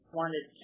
wanted